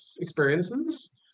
experiences